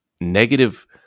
negative